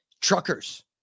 truckers